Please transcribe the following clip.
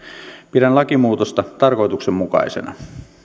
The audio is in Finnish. pidän lakimuutosta tarkoituksenmukaisena